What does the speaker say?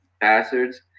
Bastards